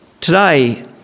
Today